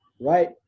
right